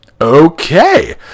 Okay